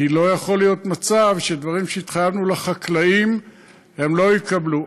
כי לא יכול להיות מצב שדברים שהתחייבנו לחקלאים הם לא יקבלו.